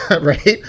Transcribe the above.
right